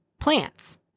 Plants